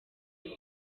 king